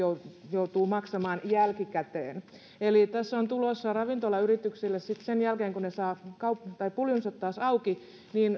joutuu maksamaan jälkikäteen eli tässä on tulossa ravintolayrityksille sitten sen jälkeen kun ne saavat puljunsa taas auki